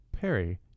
Perry